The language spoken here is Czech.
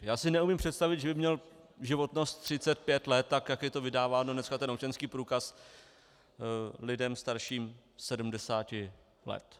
Já si neumím představit, že by měl životnost 35 let, tak jak je to vydáváno dneska, ten občanský průkaz lidem starším 70 let.